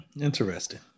Interesting